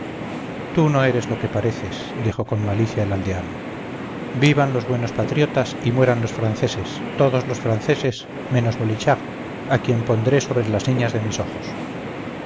tú no eres lo que pareces dijo con malicia el aldeano vivan los buenos patriotas y mueran los franceses todos los franceses menos molichard a quien pondré sobre las niñas de mis ojos